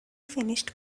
finished